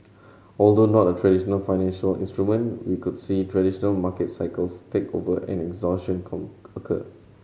although not a traditional financial instrument we could see traditional market cycles take over and exhaustion occur